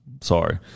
Sorry